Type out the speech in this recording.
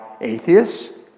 atheists